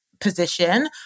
position